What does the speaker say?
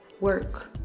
work